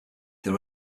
they